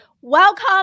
Welcome